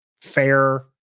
fair